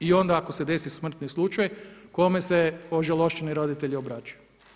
I onda ako se desi smrtni slučaj, kome se ožalošćeni roditelji onda obraćaju?